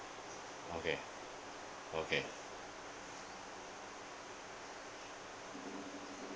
okay okay